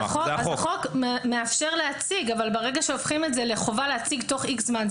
החוק מאפשר להציג אבל ברגע שהופכים את זה לחובה להציג תוך איקס זמן,